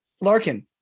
Larkin